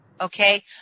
okay